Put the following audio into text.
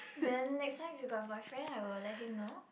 then next time if you got boyfriend I will let him know